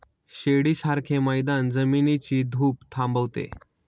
शिडीसारखे मैदान जमिनीची धूप थांबवते